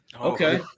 Okay